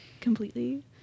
completely